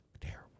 Terrible